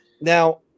Now